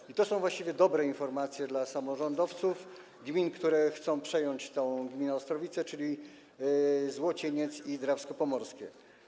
I to są właściwie dobre informacje dla samorządowców gmin, które chcą przejąć gminę Ostrowice, czyli gmin Złocieniec i Drawsko Pomorskie.